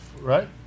right